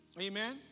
Amen